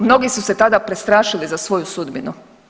Mnogi su se tada prestrašili za svoju sudbinu.